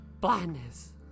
Blindness